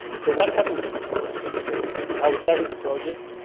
so what happened to these neurons? so this is how we started the project,